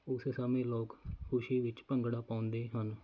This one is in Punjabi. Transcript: ਉਸ ਸਮੇਂ ਲੋਕ ਖੁਸ਼ੀ ਵਿੱਚ ਭੰਗੜਾ ਪਾਉਂਦੇ ਹਨ